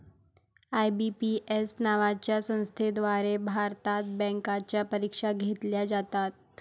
IBPS नावाच्या संस्थेद्वारे भारतात बँकांच्या परीक्षा घेतल्या जातात